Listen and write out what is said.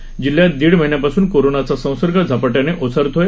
जळगाव जिल्ह्यात दीड महिन्यापासून कोरोनाचा संसर्ग झपाट्याने ओसरतोय